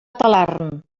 talarn